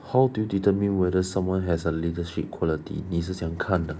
how do you determine whether someone has a leadership quality 你是怎么样看的